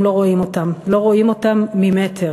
הם לא רואים אותם, לא רואים אותם ממטר.